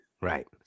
Right